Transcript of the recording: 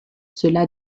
cela